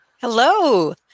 Hello